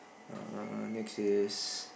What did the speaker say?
err next is